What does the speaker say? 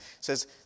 says